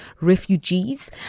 refugees